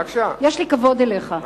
יש לי כבוד אליך.